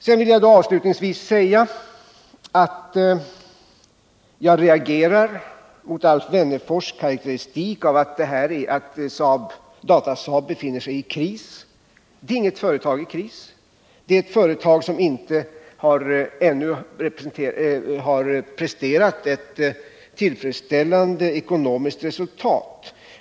Jag vill avslutningsvis säga att jag reagerar mot Alf Wennerfors karakteristik att Datasaab befinner sig i kris. Det är inget företag i kris. Det är ett företag som ännu inte har presterat ett tillfredsställande ekonomiskt resultat.